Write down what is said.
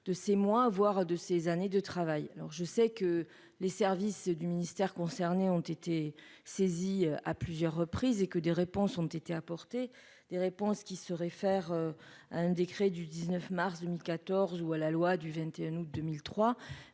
de ces moi avoir de ses années de travail, alors je sais que les services du ministère concerné ont été saisis à plusieurs reprises et que des réponses ont été apportées des réponses qui se réfère à un décret du 19 mars 2014 ou à la loi du 21 août 2003